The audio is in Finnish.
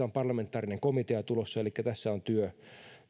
on parlamentaarinen komitea tulossa elikkä työ